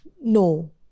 no